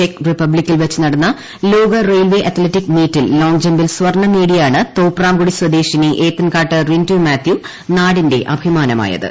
check റിപ്പബ്ലിക്കിൽ വെച്ചു നടന്ന ലോക റെയിൽവേ അത്ലറ്റിക് മീറ്റിൽ ലോങ് ജമ്പിൽ സ്വർണ്ണം നേടിയാണ് തോപ്രാംകുടി സ്വദേശിനി ഏത്തക്കാട്ട് റിന്റു മാത്യു നാടിന്റെ അഭിമാനമായത്